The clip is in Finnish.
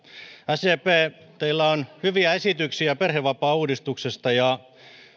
sdp teillä on hyviä esityksiä perhevapaauudistuksesta ja